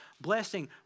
blessing